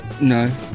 No